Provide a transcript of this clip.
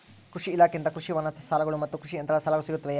ಕೃಷಿ ಇಲಾಖೆಯಿಂದ ಕೃಷಿ ವಾಹನ ಸಾಲಗಳು ಮತ್ತು ಕೃಷಿ ಯಂತ್ರಗಳ ಸಾಲಗಳು ಸಿಗುತ್ತವೆಯೆ?